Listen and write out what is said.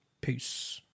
peace